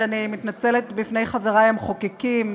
ואני מתנצלת בפני חברי המחוקקים,